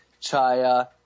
chaya